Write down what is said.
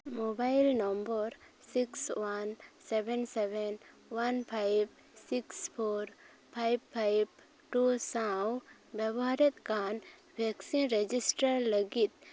mobile number six one seven seven one five six four five five two ᱥᱟᱶ ᱵᱮᱵᱚᱦᱟᱨᱮᱫ ᱠᱟᱱ vaccine register ᱞᱟᱹᱜᱤᱫ